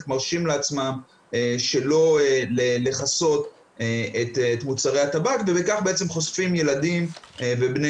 מרשים לעצמם שלא לכסות את מוצרי הטבק ועל ידי כך חושפים ילדים ובני